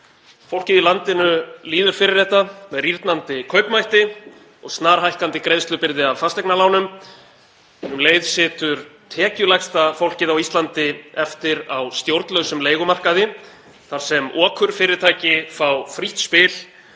Fólkið í landinu líður fyrir þetta með rýrnandi kaupmætti og snarhækkandi greiðslubyrði af fasteignalánum. Um leið situr tekjulægsta fólkið á Íslandi eftir á stjórnlausum leigumarkaði þar sem okurfyrirtæki fá frítt spil